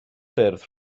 ffyrdd